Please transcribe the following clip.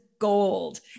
gold